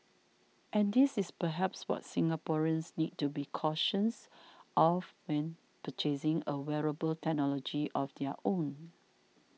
and this is perhaps what Singaporeans need to be cautious of when purchasing a wearable technology of their own